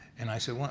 and i said,